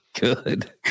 Good